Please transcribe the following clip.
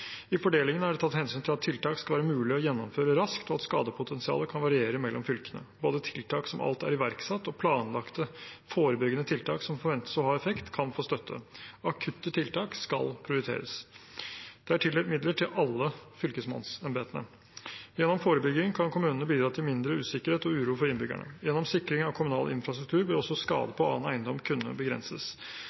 I fordelingen har vi tatt hensyn til at tiltak skal være mulig å gjennomføre raskt, og at skadepotensialet kan variere mellom fylkene. Både tiltak som alt er iverksatt, og planlagte, forebyggende tiltak som forventes å ha effekt, kan få støtte. Akutte tiltak skal prioriteres. Det er tildelt midler til alle fylkesmannsembetene. Gjennom forebygging kan kommunene bidra til mindre usikkerhet og uro for innbyggerne. Gjennom sikring av kommunal infrastruktur vil også skade på annen eiendom kunne begrenses.